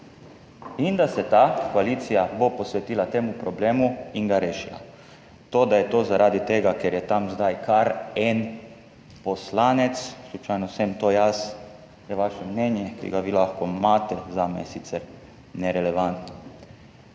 in da se bo ta koalicija posvetila temu problemu in ga rešila. To, da je to zaradi tega, ker je tam zdaj kar en poslanec, slučajno sem to jaz, je vaše mnenje, ki ga vi lahko imate. Zame je sicer nerelevantno,